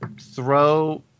throw